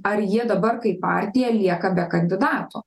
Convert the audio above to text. ar jie dabar kaip partija lieka be kandidato